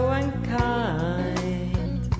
unkind